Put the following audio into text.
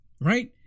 Right